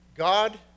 God